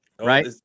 Right